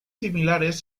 similares